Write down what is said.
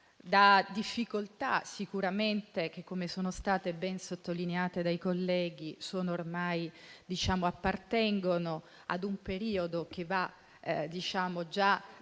da difficoltà sicuramente che, come è stato ben sottolineato dai colleghi, appartengono ad un periodo precedente